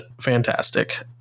fantastic